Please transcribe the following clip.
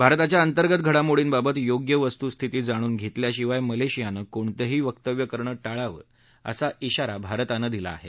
भारताच्या अंतर्गत घडामोडींबाबत योग्य वस्तुस्थिती जाणून घेतल्याशिवाय मलेशियानं कोणतंही वक्तव्य करणं टाळावं असा इशारा भारतानं दिला आहे